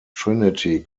trinity